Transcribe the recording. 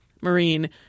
Marine